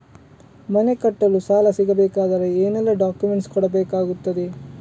ಮನೆ ಕಟ್ಟಲು ಸಾಲ ಸಿಗಬೇಕಾದರೆ ಏನೆಲ್ಲಾ ಡಾಕ್ಯುಮೆಂಟ್ಸ್ ಕೊಡಬೇಕಾಗುತ್ತದೆ?